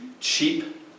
cheap